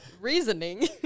reasoning